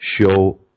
show